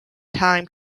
time